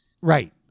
right